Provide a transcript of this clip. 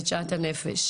את שאט הנפש.